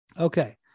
Okay